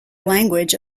language